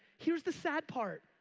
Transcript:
here's the sad part,